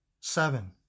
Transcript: Seven